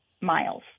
miles